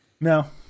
No